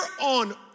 on